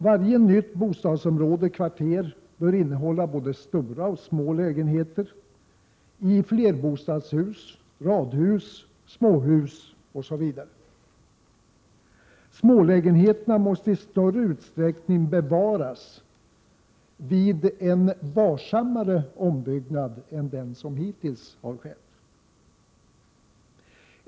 Varje nytt bostadsområde eller kvarter bör innehålla både små och stora lägenheter i flerbostadshus, radhus, småhus osv. Smålägenheter måste i större utsträckning bevaras vid varsammare ombyggnader än som hittills har skett.